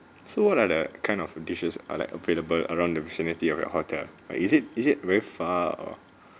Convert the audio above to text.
so what are the kind of dishes are like available around the vicinity of your hotel or is it is it very far or